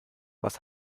was